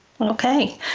Okay